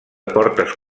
portes